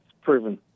proven